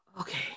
okay